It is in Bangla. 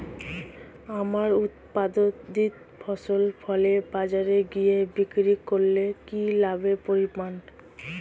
আমার উৎপাদিত ফসল ফলে বাজারে গিয়ে বিক্রি করলে কি লাভের পরিমাণ?